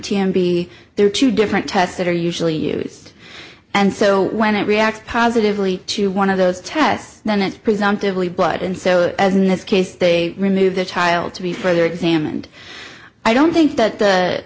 t m b there are two different tests that are usually used and so when it reacts positively to one of those tests then it's presumptively blood and so as next case they remove the child to be further examined i don't think that th